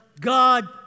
God